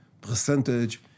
percentage